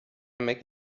make